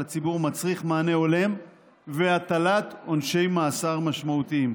הציבור מצריך מענה הולם והטלת עונשי מאסר משמעותיים.